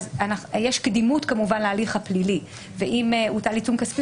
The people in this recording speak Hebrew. יש קדימות כמובן להליך הפלילי ואם הוטל עיצום כספי,